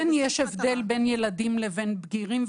כן יש הבדל בין ילדים לבין בגירים,